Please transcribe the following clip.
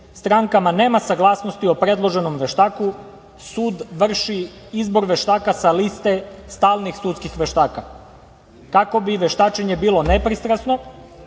strankama nema saglasnosti o predloženom veštaku, sud vrši izbor veštaka sa liste stalnih sudskih veštaka kako bi veštačenje bilo nepristrasno,